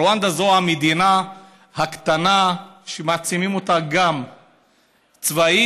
רואנדה זו המדינה הקטנה שמעצימים אותה גם צבאית,